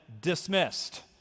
dismissed